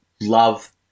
love